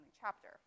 chapter